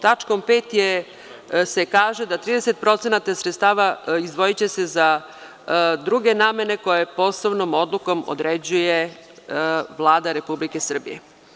Tačkom 5. se kaže da će se 30% sredstava izdvojiti za druge namene koje poslovnom odlukom određuje Vlada Republike Srbije.